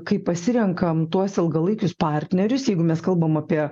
kai pasirenkam tuos ilgalaikius partnerius jeigu mes kalbam apie